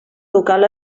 local